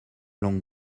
langue